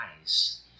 eyes